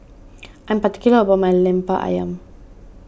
I am particular about my Lemper Ayam